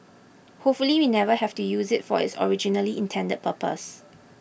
hopefully we never have to use it for its originally intended purpose